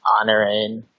honoring